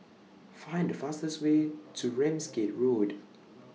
Find The fastest Way to Ramsgate Road